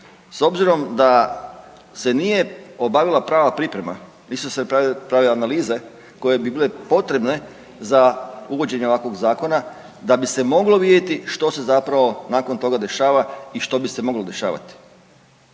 S obzirom da se nije obavila prava priprema, nisu se pravile analize koje bi bile potrebne za uvođenje ovakvog zakona da bi se moglo vidjeti što se zapravo nakon toga dešava i što bi se moglo dešavati.